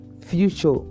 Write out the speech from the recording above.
future